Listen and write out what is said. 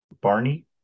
Barney